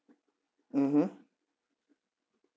mmhmm